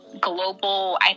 global